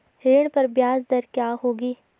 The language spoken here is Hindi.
ऋण पर ब्याज दर क्या होगी?